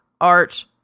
art